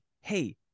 hey